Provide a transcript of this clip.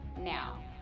now